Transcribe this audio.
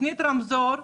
תוכנית רמזור,